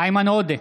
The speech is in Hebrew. איימן עודה,